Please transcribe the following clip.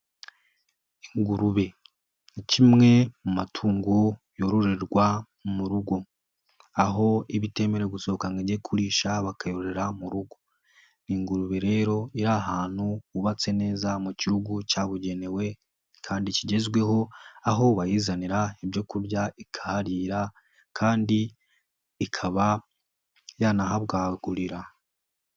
Ingurube ni kimwe mu matungo yororerwa mu rugo aho iba itemerawe gusohoka ngo ijye kurisha bakayororera mu rugo, ingurube rero iri ahantu hubatse neza mu kirugu cyabugenewe kandi kigezweho aho bayizanira ibyo kurya ikaharira kandi ikaba yanahabwagurira.